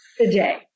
today